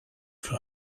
for